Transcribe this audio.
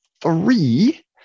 three